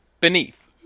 beneath